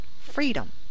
Freedom